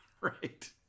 Right